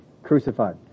crucified